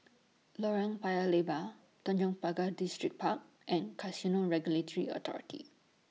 Lorong Paya Lebar Tanjong Pagar Distripark and Casino Regulatory Authority